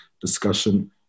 discussion